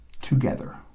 together